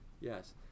yes